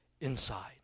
inside